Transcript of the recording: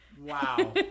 Wow